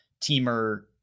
Teamer